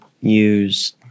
use